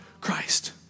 Christ